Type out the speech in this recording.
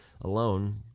alone